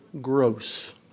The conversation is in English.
gross